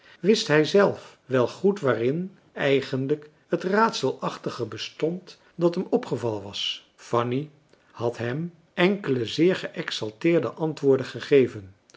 wist hij zelf wel goed waarin eigenlijk het raadselachtige bestond dat hem opgevallen was fanny had hem enkele zeer geëxalteerde antwoorden gegeven